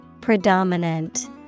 predominant